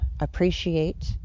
appreciate